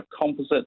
Composite